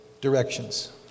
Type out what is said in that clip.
directions